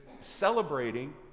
celebrating